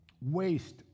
waste